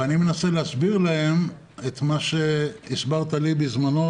אני מנסה להסביר להם את מה שהסברת לי בזמנו,